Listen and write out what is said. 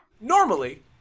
Normally